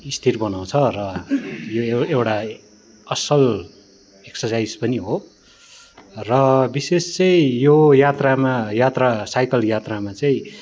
स्थिर बानाउँछ र यो यो एउटा असल एक्ससाइस पनि हो र बिशेष चाहिँ यो यात्रामा यात्रा साइकल यात्रामा चाहिँ